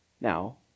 Now